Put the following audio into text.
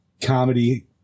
comedy